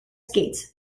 skates